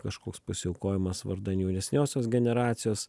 kažkoks pasiaukojimas vardan jaunesniosios generacijos